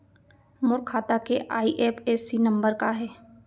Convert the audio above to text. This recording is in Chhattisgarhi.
मोर खाता के आई.एफ.एस.सी नम्बर का हे?